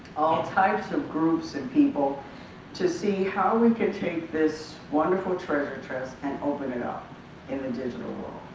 types of groups and people to see how we can take this wonderful treasure chest and open it up in a digital world.